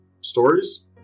stories